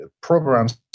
programs